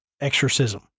exorcism